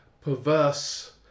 perverse